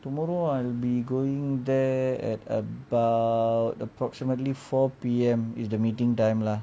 tomorrow I'll be going there at about approximately four P_M is the meeting time lah